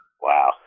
Wow